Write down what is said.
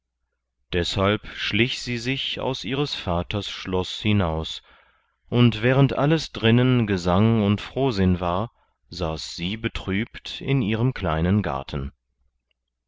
deshalb schlich sie sich aus ihres vaters schloß hinaus und während alles drinnen gesang und frohsinn war saß sie betrübt in ihrem kleinen garten